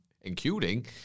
Including